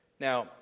Now